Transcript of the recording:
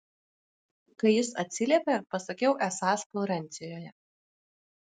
kai jis atsiliepė pasakiau esąs florencijoje